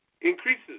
increases